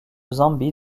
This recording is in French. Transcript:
zambie